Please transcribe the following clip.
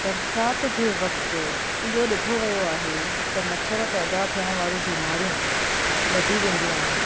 बरसाति जे वक़्तु इहो ॾिठो वियो आहे त मच्छर पैदा थियणु वारियूं बीमारियूं वधी वेंदियूं आहिनि